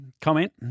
Comment